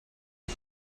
are